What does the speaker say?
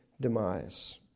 demise